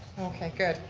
okay, good,